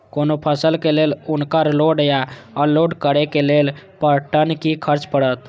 कोनो फसल के लेल उनकर लोड या अनलोड करे के लेल पर टन कि खर्च परत?